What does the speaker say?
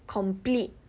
complete